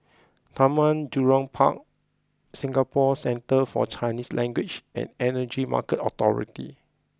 Taman Jurong Park Singapore Centre for Chinese language and Energy Market Authority